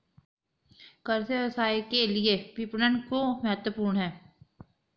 कृषि व्यवसाय के लिए विपणन क्यों महत्वपूर्ण है?